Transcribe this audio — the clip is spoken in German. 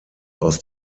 aus